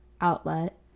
outlet